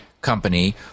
company